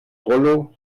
rollo